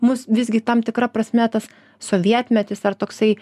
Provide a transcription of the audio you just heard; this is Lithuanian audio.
mus visgi tam tikra prasme tas sovietmetis ar toksai